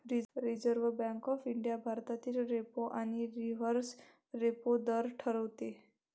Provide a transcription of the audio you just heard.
reserve Bank of India भारतातील repo आणि reverse repo दर ठरवते